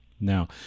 now